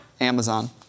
Amazon